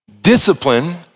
discipline